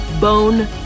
bone